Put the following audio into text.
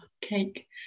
cake